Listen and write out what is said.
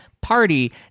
party